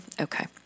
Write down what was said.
Okay